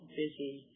busy